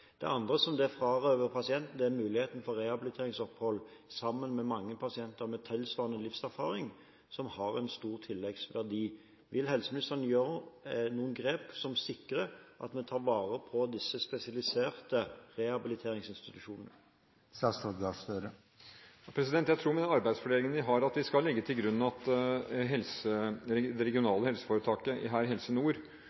Det andre som det frarøver pasienten, er muligheten for rehabiliteringsopphold sammen med mange pasienter med tilsvarende livserfaring, som har en stor tilleggsverdi. Vil helseministeren gjøre noen grep som sikrer at en tar vare på disse spesifiserte rehabiliteringsinstitusjonene? Jeg tror at vi med den arbeidsfordelingen vi har, skal legge til grunn at det regionale helseforetaket – her Helse